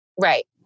Right